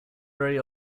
very